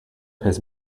his